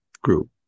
group